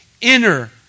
inner